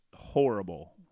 horrible